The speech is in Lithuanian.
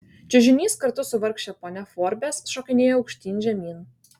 čiužinys kartu su vargše ponia forbes šokinėjo aukštyn žemyn